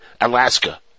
Alaska